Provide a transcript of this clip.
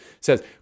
says